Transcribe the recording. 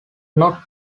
not